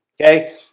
Okay